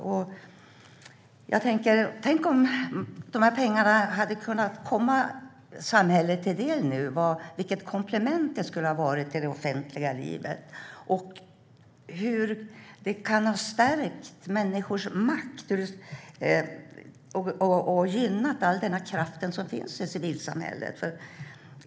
Tänk vilket komplement till det offentliga livet det hade varit om dessa pengar hade kunnat komma samhället till del nu. De hade kunnat stärka människors makt och gynna all kraft som finns i civilsamhället.